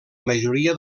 majoria